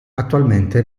attualmente